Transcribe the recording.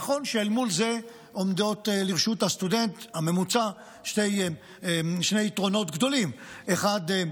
נכון שאל מול זה עומדים לרשות הסטודנט הממוצע שני יתרונות גדולים: האחד,